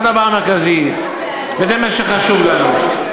זה הדבר המרכזי, וזה מה שחשוב לנו.